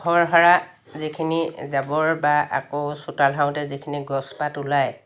ঘৰ সাৰা যিখিনি জাবৰ বা আকৌ চোতাল সাৰোঁতে যিখিনি গছপাত ওলায়